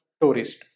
tourist